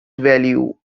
value